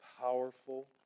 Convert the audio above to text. powerful